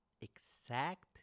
exact